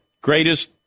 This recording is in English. greatest